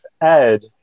Ed